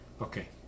Okay